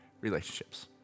relationships